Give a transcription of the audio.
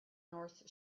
north